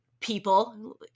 people